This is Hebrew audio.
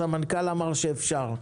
הסמנכ"ל אמר שאפשר.